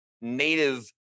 native